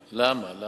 למה?